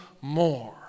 more